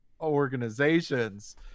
organizations